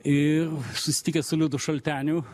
ir susitikęs su liudu šalteniu